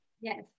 Yes